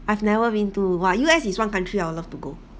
I've never been to !wah! U_S is one country that I'll love to go